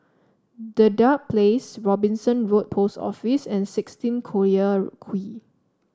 Dedap Place Robinson Road Post Office and sixteen Collyer Quay